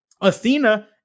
Athena